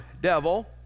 devil